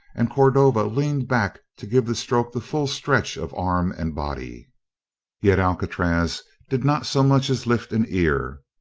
and cordova leaned back to give the stroke the full stretch of arm and body yet alcatraz did not so much as lift an ear.